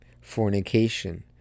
Fornication